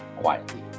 quietly